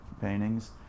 paintings